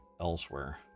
elsewhere